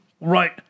Right